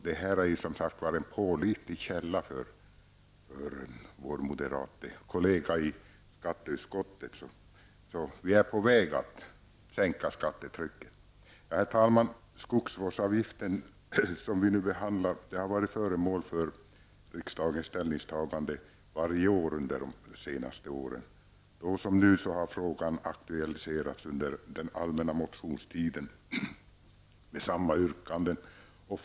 Det här är således en pålitlig källa för vår moderate kollega i skatteutskottet. Vi är alltså på väg att sänka skattetrycket. Herr talman! Frågan om skogsvårdsavgiften, som vi nu behandlar, har varit föremål för riksdagens ställningstagande varje år under de senaste åren. Då som nu har frågan aktualiserats under den allmänna motionstiden, och samma yrkande har ställts.